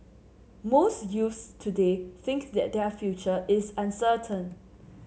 most youths today think that their future is uncertain